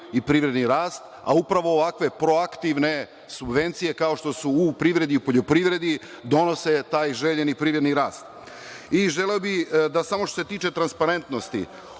i privredni rast, a upravo ovakve proaktivne subvencije, kao što su u privredi i poljoprivredi, donose taj željeni privredni rast. Želeo bih da kažem, što se tiče transparentnosti.